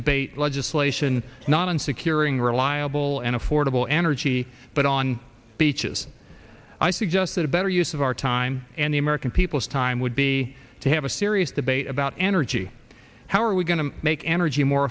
debate legislation not on securing reliable and affordable energy but on beaches i suggest that a better use of our time and the american people's time would be to have a serious debate about energy how are we going to make energy more